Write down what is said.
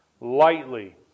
lightly